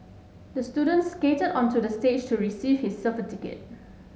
the student skated onto the stage to receive his certificate